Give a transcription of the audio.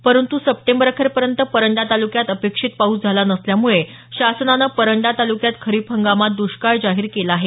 परंतु सप्टेंबर अखेरपर्यंत परंडा तालुक्यात अपेक्षित पाऊस झाला नसल्यामुळे शासनाने परंडा तालुक्यात खरीप हंगामात द्ष्काळ जाहीर केला आहे